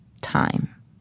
time